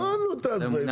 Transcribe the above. הבנו את זה.